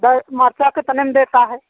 ब मिर्च कितने में देते हो